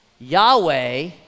Yahweh